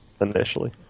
Initially